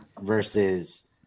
Versus